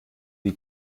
die